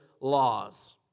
laws